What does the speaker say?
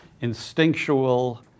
instinctual